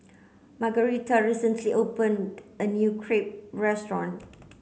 Margarita recently opened a new Crepe restaurant